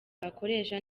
bakoresha